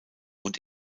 und